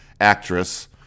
actress